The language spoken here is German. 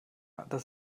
das